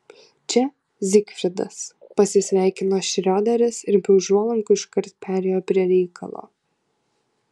čia zigfridas pasisveikino šrioderis ir be užuolankų iškart perėjo prie reikalo